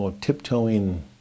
tiptoeing